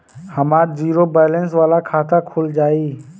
हमार zero balance वाला खाता खुल जाई?